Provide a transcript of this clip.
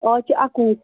اَز چھِ اَکوُہ